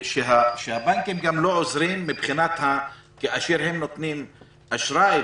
שהבנקים גם לא עוזרים כאשר הם נותנים אשראי,